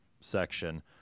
section